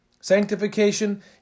Sanctification